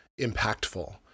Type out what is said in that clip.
impactful